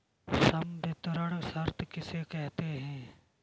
संवितरण शर्त किसे कहते हैं?